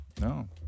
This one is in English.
No